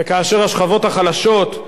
וכאשר השכבות החלשות,